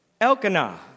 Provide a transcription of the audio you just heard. Elkanah